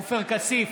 עופר כסיף,